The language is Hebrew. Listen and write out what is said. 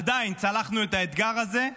עדיין צלחנו את האתגר הזה.